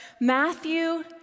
Matthew